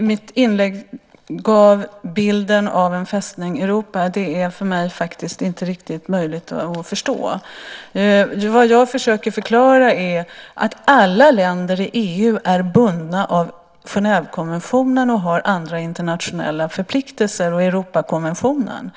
mitt inlägg gav bilden av en "Fästning Europa" är för mig faktiskt inte riktigt möjligt att förstå. Vad jag försöker förklara är att alla länder i EU är bundna av Genèvekonventionen samt andra internationella förpliktelser och Europakonventionen.